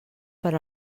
per